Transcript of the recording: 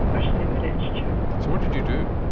ah and in the literature. so what did you do?